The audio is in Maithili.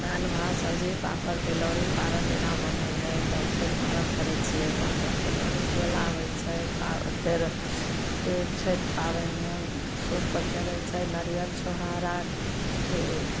दालि भात सब्जी पापड़ तिलौरी पारण दिना बनै है तब फेर पारण करैत छियै पापड़ तिलौरी केला होइ छै फेर छठि पाबनिमे सूप पर चढ़ैत छै नरियल छोहाड़ा अथी